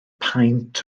paent